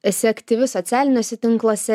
esi aktyvi socialiniuose tinkluose